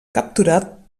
capturat